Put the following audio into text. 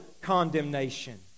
condemnation